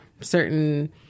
certain